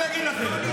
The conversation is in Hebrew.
לא ניתן.